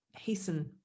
hasten